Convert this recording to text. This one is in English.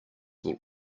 will